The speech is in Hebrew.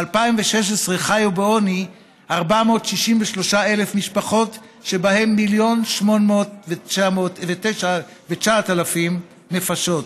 ב-2016 חיו בעוני 463,000 משפחות שבהן מיליון ו-809,000 נפשות.